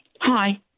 Hi